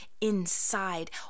inside